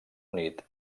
unit